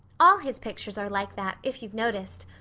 all his pictures are like that, if you've noticed.